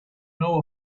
know